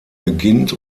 beginnt